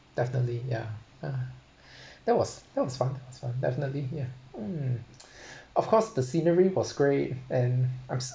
definitely yeah uh that was that was fun that's fun definitely yeah um of course the scenery was great and I'm